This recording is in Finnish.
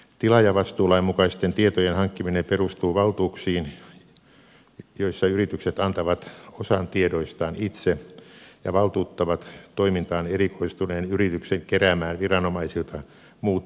tilaajavastuulain mukaisten tietojen hankkiminen perustuu valtuuksiin joissa yritykset antavat osan tiedoistaan itse ja valtuuttavat toimintaan erikoistuneen yrityksen keräämään viranomaisilta muut tarvittavat tiedot